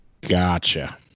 Gotcha